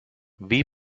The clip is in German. wie